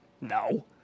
No